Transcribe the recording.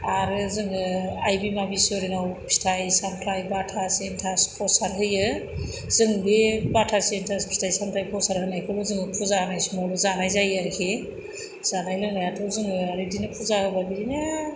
आरो जोङो आइ बिमा बिसहरिनाव फिथाइ सामथाय बाथास एनथास फ्रसाद होयो जों बे बाथास एनथास फिथाय सामथाय फ्रसाद होनायखौबो जोङो फुजा होनाय समावनो जानाय जायो आरोखि जानाय लोंनायाथ' जोङो बिदिनो फुजा होबा बिदिनो